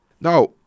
Now